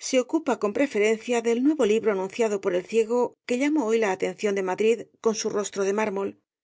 se ocupa con preferencia del nuevo libro anunciado por el ciego que llamó hoy la atención de madrid con su rostro de mármol